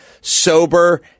sober